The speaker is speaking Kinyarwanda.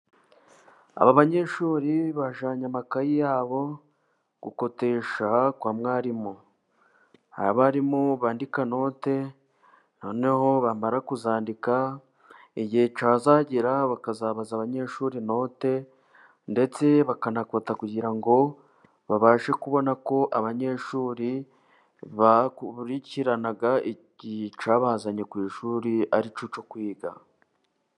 Aba banyeshuri bajyanye amakayi yabo gukotesha kwa mwarimu. Hari abarimu bandika note, noneho bamara kuzandika igihe cyazagera bakazabaza abanyeshuri note, ndetse bakanakota kugira ngo babashe kubona ko abanyeshuri bakurikirana icyabazanye ku ishuri ari cyo cyo kwiga.